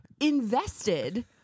invested